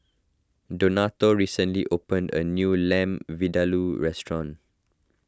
Donato recently opened a new Lamb Vindaloo restaurant